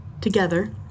Together